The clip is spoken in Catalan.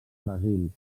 brasil